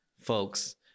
folks